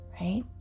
right